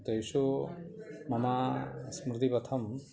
तेषु मम स्मृतिपथम्